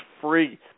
free